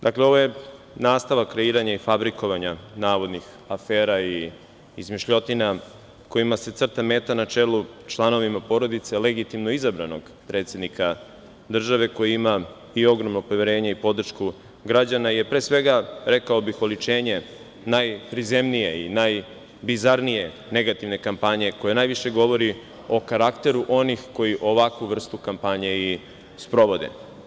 Dakle, ovo je nastavak kreiranja i fabrikovanja navodnih afera i izmišljotina kojima se crta meta na čelu članovima porodica legitimno izabranog predsednika države, koji ima i ogromno poverenje i podršku građana, je pre svega rekao bih oličenje najprizemnije i najbizarnije negativne kampanje, koja najviše govori o karakteru onih koji ovakvu vrstu kampanje i sprovode.